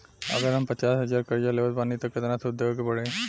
अगर हम पचास हज़ार कर्जा लेवत बानी त केतना सूद देवे के पड़ी?